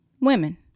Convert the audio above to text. women